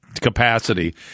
capacity